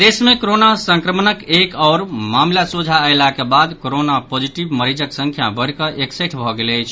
प्रदेश मे कोरोना संक्रमणक एक आओर मामिला सोझा अयलाक बाद कोरोना पॉजिटिव मरीजक संख्या बढ़ि कऽ एकसठि भऽ गेल अछि